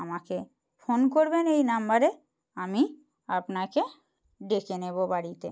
আমাকে ফোন করবেন এই নাম্বারে আমি আপনাকে ডেকে নেবো বাড়িতে